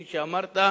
שכפי שאמרת,